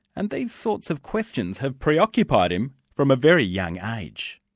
and these sorts of questions have preoccupied him from a very young age.